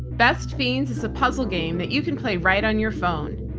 best fiends is a puzzle game that you can play right on your phone.